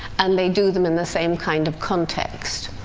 and they do them in the same kind of context.